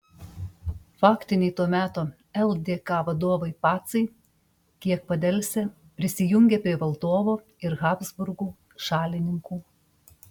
faktiniai to meto ldk valdovai pacai kiek padelsę prisijungė prie valdovo ir habsburgų šalininkų